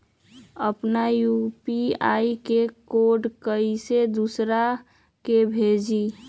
अपना यू.पी.आई के कोड कईसे दूसरा के भेजी?